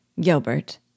Gilbert